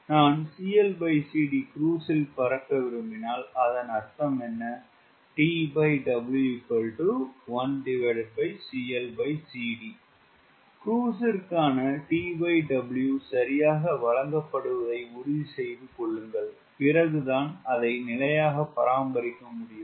நான் CLCDcruise பறக்க விரும்பினால் அதன் அர்த்தம் என்ன க்ரூஸ் ற்கான TW சரியாக வழங்கப்படுவதை உறுதிசெய்து கொள்ளுங்கள் பிறகு தான் அதை நிலையாக பராமரிக்க முடியும்